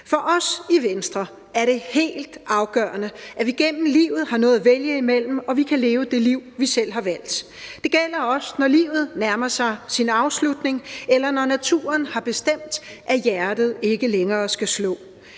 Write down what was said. For os i Venstre er det helt afgørende, at vi gennem livet har noget at vælge imellem, og at vi kan leve det liv, vi selv har valgt. Det gælder også, når livet nærmer sig sin afslutning, eller når naturen har bestemt, at hjertet ikke længere skal slå.